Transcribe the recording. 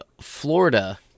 florida